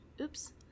oops